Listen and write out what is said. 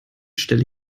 stelle